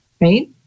right